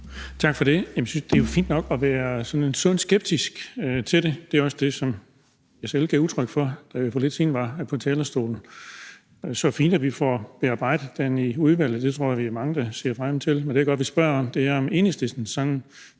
Tak for det. Det er jo fint nok at have sådan en sund skepsis til det – det var jo også det, jeg selv gav udtryk for, da jeg for lidt siden var på talerstolen. Det er så fint, at vi får bearbejdet det i udvalget; det tror jeg vi er mange der ser frem til. Men det, jeg godt vil spørge om, er, om Enhedslisten sådan